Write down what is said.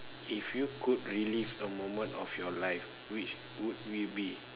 if you could relive a moment of your life which would it be